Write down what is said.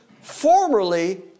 formerly